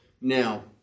now